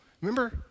remember